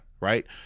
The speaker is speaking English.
right